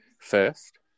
first